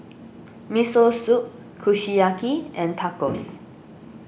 Miso Soup Kushiyaki and Tacos